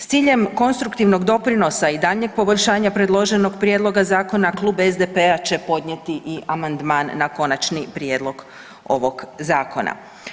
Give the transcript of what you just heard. S ciljem konstruktivnog doprinosa i daljnjeg poboljšanja predloženog prijedloga zakona, Klub SDP-a će podnijeti i amandman na konačni prijedlog ovog Zakona.